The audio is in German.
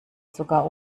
sogar